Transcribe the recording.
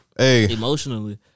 emotionally